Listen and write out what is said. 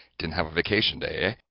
didn't have a vacation day,